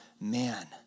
Man